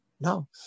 No